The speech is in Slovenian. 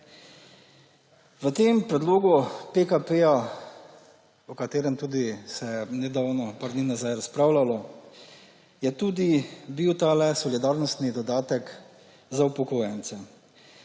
V tem predlogu PKP, o katerem se je nedavno, nekaj dni nazaj razpravljalo, je bil tudi ta solidarnostni dodatek za upokojence,